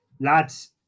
Lads